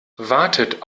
wartet